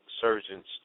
surgeons